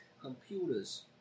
Computers